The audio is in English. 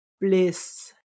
bliss